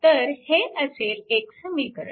तर हे असेल एक समीकरण